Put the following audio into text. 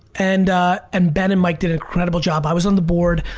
and and ben and mike did an incredible job. i was on the board.